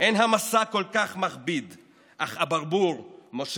"אין המשא כל כך מכביד / אך הברבור מושך